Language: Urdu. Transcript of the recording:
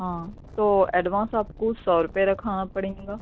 ہاں تو ایڈوانس آپ کو سو روپے رکھانا پڑیں گا